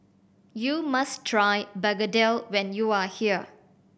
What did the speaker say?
you must try begedil when you are here